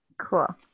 Cool